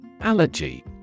Allergy